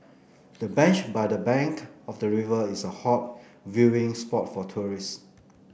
the bench by the bank of the river is a hot viewing spot for tourists